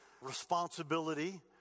responsibility